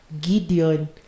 Gideon